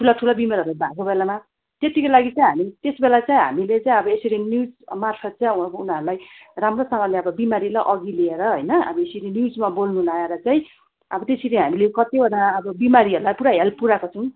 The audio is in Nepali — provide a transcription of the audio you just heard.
ठुला ठुला बिमारहरू भएको बेलामा त्यतिको लागि चाहिँ हामी त्यसबेला चाहिँ हामीले चाहिँ अब यसरी न्युजमार्फत् चाहिँ उनीहरूलाई राम्रोसँगले अब बिमारीलाई अघि लिएर हैन अब यसरी न्युजमा बोल्नु लाएर चाहिँ अब त्यसरी हामीले कतिवटा अब बिमारीहरूलाई पुरा हेल्प पुराको छुम्